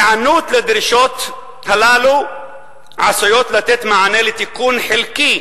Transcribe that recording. שהיענות לדרישות הללו עשויה לתת מענה לתיקון חלקי